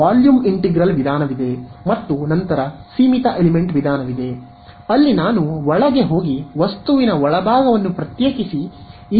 volume integral ವಿಧಾನವಿದೆ ಮತ್ತು ನಂತರ ಸೀಮಿತ ಎಲಿಮೆಂಟ್ ವಿಧಾನವಿದೆ ಅಲ್ಲಿ ನಾನು ಒಳಗೆ ಹೋಗಿ ವಸ್ತುವಿನ ಒಳಭಾಗವನ್ನು ಪ್ರತ್ಯೇಕಿಸಿ ಈ ಗಡಿ ಅವಿಭಾಜ್ಯ ವಿಧಾನ ಮಾಡುತ್ತೇನೆ